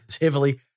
heavily